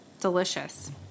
delicious